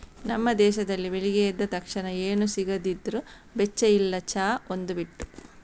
ನಮ್ಮ ದೇಶದಲ್ಲಿ ಬೆಳಿಗ್ಗೆ ಎದ್ದ ತಕ್ಷಣ ಏನು ಸಿಗದಿದ್ರೂ ಬೆಚ್ಚ ಇಲ್ಲ ಚಾ ಒಂದು ಬಿಟ್ಟು